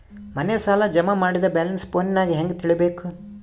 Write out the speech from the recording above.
ಮನೆ ಸಾಲ ಜಮಾ ಮಾಡಿದ ಬ್ಯಾಲೆನ್ಸ್ ಫೋನಿನಾಗ ಹೆಂಗ ತಿಳೇಬೇಕು?